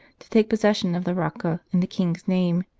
to take possession of the rocca in the king s name,